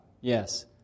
Yes